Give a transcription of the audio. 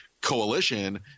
coalition